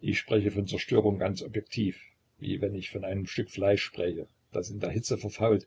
ich spreche von zerstörung ganz objektiv wie wenn ich von einem stück fleisch spräche das in der hitze verfault